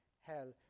hell